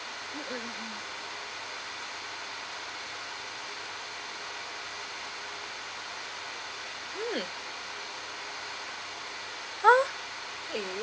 mm ah